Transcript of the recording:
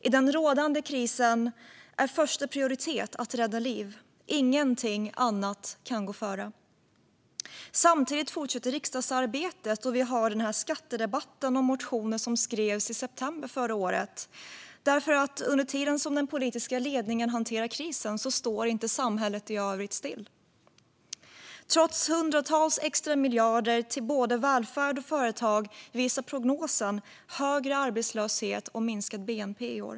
I den rådande krisen är första prioritet att rädda liv. Ingenting annat kan gå före. Samtidigt fortsätter riksdagsarbetet, och vi har nu en skattedebatt om motioner som skrevs i september förra året. Under tiden som den politiska ledningen hanterar krisen står samhället i övrigt inte stilla. Trots hundratals extra miljarder till både välfärd och företag visar prognosen högre arbetslöshet och minskad bnp i år.